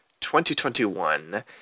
2021